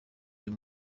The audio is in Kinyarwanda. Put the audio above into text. uyu